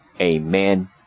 amen